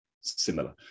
similar